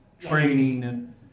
training